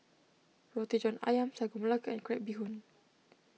Roti John Ayam Sagu Melaka and Crab Bee Hoon